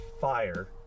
fire